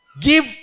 Give